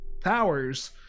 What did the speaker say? powers